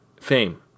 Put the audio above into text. fame